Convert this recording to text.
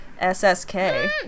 SSK